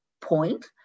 point